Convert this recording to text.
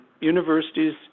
universities